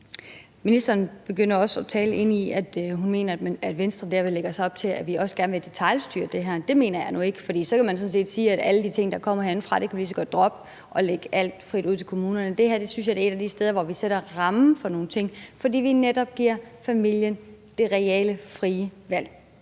Ministeren begyndte også at tale ind i, at Venstre derved lægger op til, at vi også gerne vil detailstyre det her. Det mener jeg nu ikke, for så kan man sådan set sige, at vi lige så godt kan droppe alle de ting, der kommer herindefra, og lægge alt frit ud til kommunerne. Det her synes jeg er et af de steder, hvor vi sætter rammen for nogle ting, fordi vi netop giver familien det reelle frie valg.